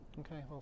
Okay